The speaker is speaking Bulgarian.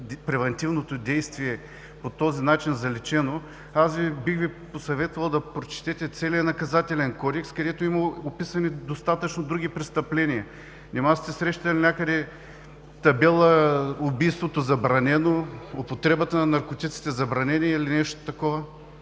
превантивното действие ще бъде заличено, аз бих Ви посъветвал да прочетете целия Наказателен кодекс, където има описани достатъчно други престъпления. Нима сте срещали някъде табела: „Убийството – забранено!“, „Употребата на наркотици – забранена!“, или нещо такова?